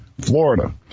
Florida